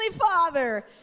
Father